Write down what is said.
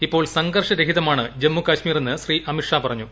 ഇപ്പോൾ സംഘർഷരഹിതമാണ് ജമ്മു കശ്മീർ എന്ന് ശ്രീ അമിത്ഷാ പറഞ്ഞു